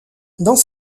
dans